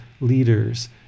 leaders